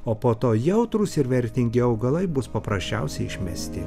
o po to jautrūs ir vertingi augalai bus paprasčiausiai išmesti